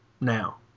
now